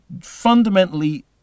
fundamentally